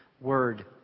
word